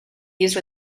used